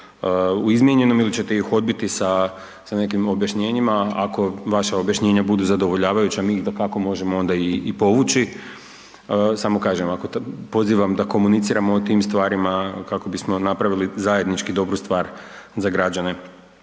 u izmijenjenom ili ćete ih odbiti sa nekim objašnjenjima ako vaša objašnjena budu zadovoljavajuća mi ih dakako možemo onda i povući. Samo kažem, ako, pozivam da komuniciramo o tim stvarima kako bismo napravili zajednički dobru stvar za građane.